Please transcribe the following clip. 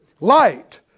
light